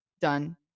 Done